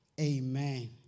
Amen